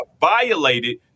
violated